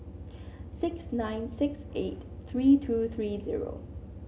six nine six eight three two three zero